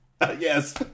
Yes